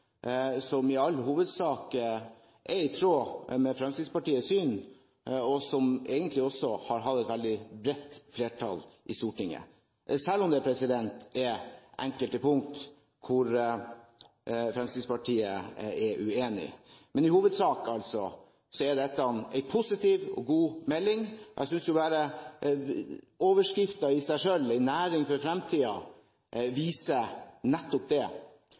som i all hovedsak er i tråd med Fremskrittspartiets syn, og som egentlig også har hatt et veldig bredt flertall i Stortinget, selv om det er enkelte punkter der Fremskrittspartiet er uenig. Men i hovedsak er altså dette en positiv og god melding. Jeg synes overskriften i seg selv, En næring for framtida, viser nettopp det.